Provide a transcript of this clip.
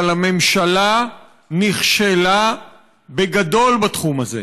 אבל הממשלה נכשלה בגדול בתחום הזה.